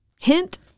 hint